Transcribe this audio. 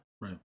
Right